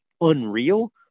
unreal